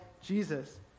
Jesus